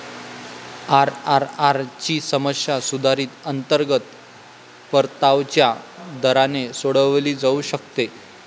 IRR ची समस्या सुधारित अंतर्गत परताव्याच्या दराने सोडवली जाऊ शकते